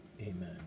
amen